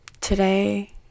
today